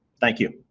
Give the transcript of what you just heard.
thank you.